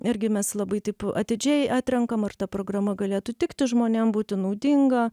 irgi mes labai taip atidžiai atrenkam ar ta programa galėtų tikti žmonėm būti naudinga